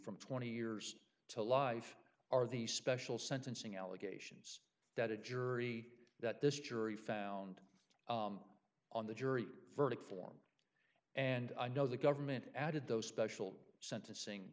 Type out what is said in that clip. from twenty years to life are these special sentencing allegations that a jury that this jury found on the jury verdict form and i know the government added those special sentencing